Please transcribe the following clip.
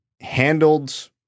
handled